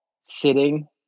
sitting